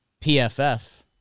PFF